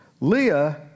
Leah